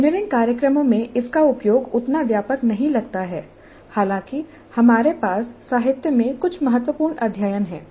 engineering कार्यक्रमों में इसका उपयोग उतना व्यापक नहीं लगता है हालांकि हमारे पास साहित्य में कुछ महत्वपूर्ण अध्ययन हैं